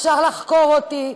אפשר לחקור אותי.